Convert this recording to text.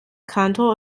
kantor